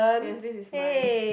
yes this is mine